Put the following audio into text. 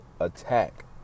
attack